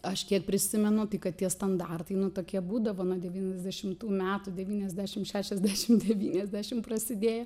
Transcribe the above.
aš kiek prisimenu tai kad tie standartai nu tokie būdavo nuo devyniasdešimtų metų devyniasdešim šešiasdešim devyniasdešim prasidėjo